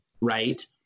right